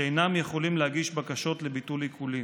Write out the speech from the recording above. שאינם יכולים להגיש בקשות לביטול עיקולים.